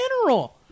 general